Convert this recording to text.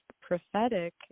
prophetic